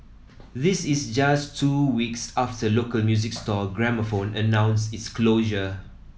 this is just two weeks after local music store Gramophone announced its closure